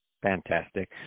fantastic